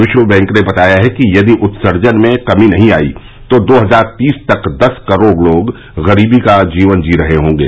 विश्व बैंक ने बताया कि यदि उत्सर्जन में कमी नहीं आई तो दो हजार तीस तक दस करोड़ लोग गरीबी का जीवन जी रहे होंगे